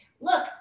look